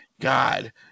God